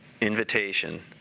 invitation